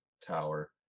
tower